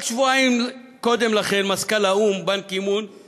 רק שבועיים קודם לכן מזכ"ל האו"ם הפורש